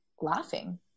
laughing